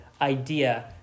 idea